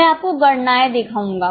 मैं आपको गणनाएं दिखाऊंगा